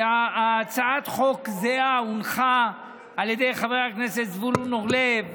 הצעת חוק זהה הונחה על ידי חבר הכנסת זבולון אורלב,